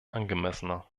angemessener